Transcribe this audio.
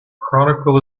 chronicle